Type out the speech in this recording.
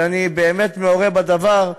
ואני באמת מעורה בדבר,